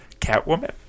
Catwoman